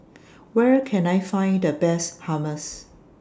Where Can I Find The Best Hummus